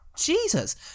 Jesus